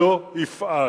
שלא יפעל